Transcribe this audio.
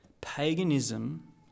Paganism